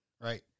right